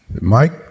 Mike